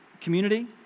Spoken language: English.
community